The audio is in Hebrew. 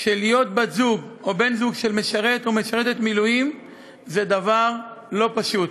שלהיות בת-זוג או בן-זוג של משרת או משרתת במילואים זה דבר לא פשוט.